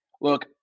look